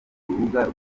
urubuga